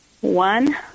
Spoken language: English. One